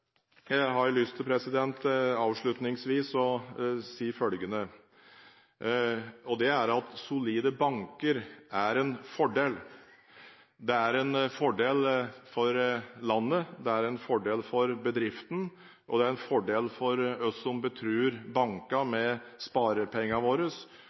jeg lyst å si følgende: Solide banker er en fordel. Det er en fordel for landet, det er en fordel for bedriftene, og det er en fordel for oss som betror banker sparepengene våre.